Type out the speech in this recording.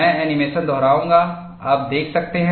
मैं एनीमेशन दोहराऊंगा आप देख सकते हैं